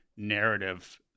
narrative